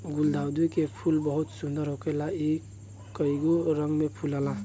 गुलदाउदी के फूल बहुत सुंदर होखेला इ कइगो रंग में फुलाला